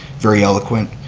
very eloquent,